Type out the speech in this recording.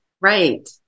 right